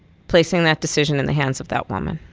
placing that decision in the hands of that woman.